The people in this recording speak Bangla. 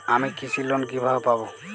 আমি কৃষি লোন কিভাবে পাবো?